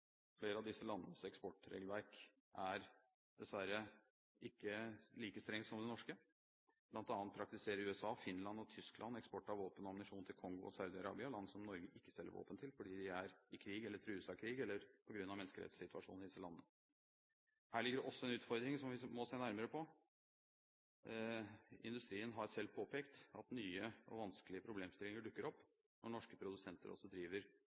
Flere av disse landenes eksportregelverk er dessverre ikke like strengt som det norske, bl.a. praktiserer USA, Finland og Tyskland eksport av våpen og ammunisjon til Kongo og Saudi-Arabia, land som Norge ikke selger våpen til fordi de er i krig eller trues av krig, eller på grunn av menneskerettighetssituasjonen i disse landene. Her ligger det også en utfordring som vi må se nærmere på. Industrien har selv påpekt at nye og vanskelige problemstillinger dukker opp når norske produsenter også driver